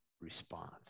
response